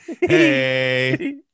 Hey